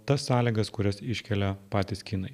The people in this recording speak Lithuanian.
tas sąlygas kurias iškelia patys kinai